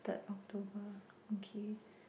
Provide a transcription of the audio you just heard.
third October okay